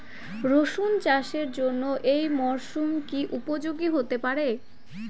রসুন চাষের জন্য এই মরসুম কি উপযোগী হতে পারে?